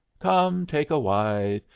come, take a wife,